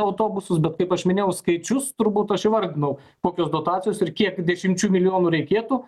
autobusus bet kaip aš minėjau skaičius turbūt aš jau vardinau kokios dotacijos ir kiek dešimčių milijonų reikėtų